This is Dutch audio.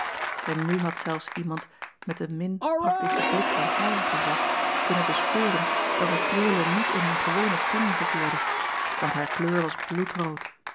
en nu had zelfs iemand met een min praktischen blik dan hij bezat kunnen bespeuren dat de reule niet in haar gewone stemming verkeerde want haar kleur was